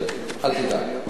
אל תדאג.